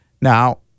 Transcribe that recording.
Now